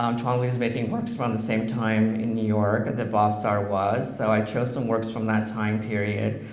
um twombly was making works around the same time in new york that bhavsar was, so i chose some works from that time period,